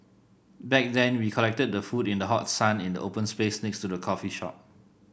back then we collected the food in the hot sun in the open space next to the coffee shop